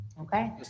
Okay